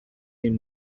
این